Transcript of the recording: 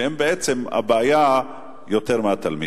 שהם בעצם הבעיה יותר מהתלמיד.